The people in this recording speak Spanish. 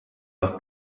los